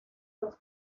los